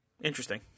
Interesting